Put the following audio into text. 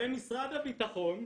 הרי משרד הביטחון,